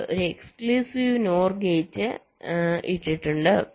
ഞങ്ങൾ ഒരു exclusive NOR gate ഇട്ടിട്ടുണ്ട്